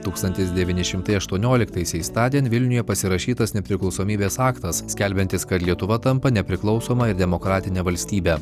tūkstantis devyni šimtai aštuonioliktaisiais tądien vilniuje pasirašytas nepriklausomybės aktas skelbiantis kad lietuva tampa nepriklausoma ir demokratine valstybe